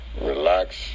relax